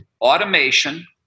Automation